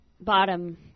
Bottom